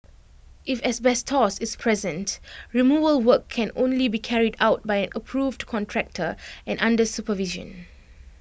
if asbestos is present removal work can only be carried out by an approved contractor and under supervision